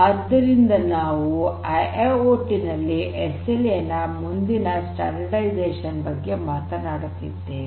ಆದ್ದರಿಂದ ನಾವು ಐಐಓಟಿ ನಲ್ಲಿ ಎಸ್ಎಲ್ಎ ನ ಮುಂದಿನ ಸ್ಟ್ಯಾಂಡರ್ಡ್ರೈಝೇಷನ್ ಬಗ್ಗೆ ಮಾತನಾಡುತ್ತಿದ್ದೇವೆ